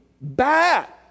bad